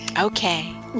okay